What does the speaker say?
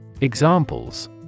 Examples